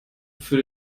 für